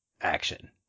action